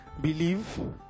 Believe